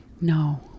No